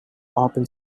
open